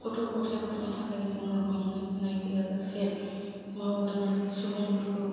गथ' गथाइफोरनि थाखाय जोङो मेंनाय बानाय गैयाजासे मावदों सुबुंफोरखौ